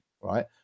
right